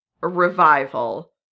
revival